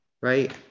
right